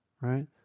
right